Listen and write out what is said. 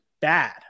bad